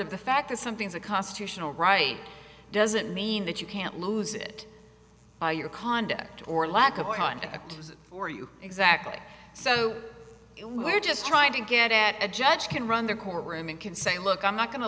of the fact that something is a constitutional right doesn't mean that you can't lose it by your conduct or lack of our conduct for you exactly so we're just trying to get at a judge can run the courtroom and can say look i'm not go